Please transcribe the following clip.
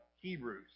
Hebrews